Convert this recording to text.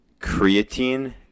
Creatine